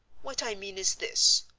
what i mean is this.